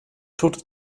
tote